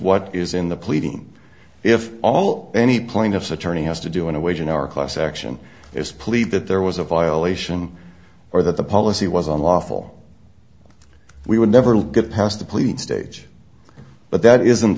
what is in the pleading if all any plaintiff's attorney has to do in a wage and hour class action is plead that there was a violation or that the policy was unlawful we would never get past the police stage but that isn't